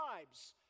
tribes